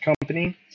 company